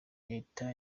leta